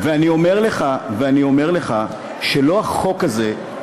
ואני אומר לך שלא החוק הזה,